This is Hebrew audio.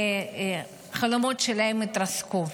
החלומות שלהם התרסקו,